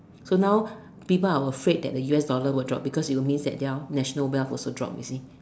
so now people are afraid that the us dollar will drop because it will means that their national wealth will drop you see